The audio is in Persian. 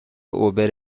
اوبر